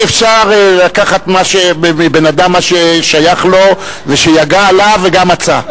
אי-אפשר לקחת מבן-אדם ממה ששייך לו ושיגע עליו וגם מצא.